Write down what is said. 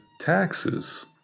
taxes